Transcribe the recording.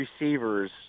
receivers